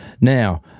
Now